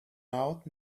out